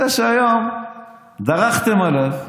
זה שהיום דרכתם עליו,